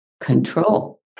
control